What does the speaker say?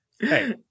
hey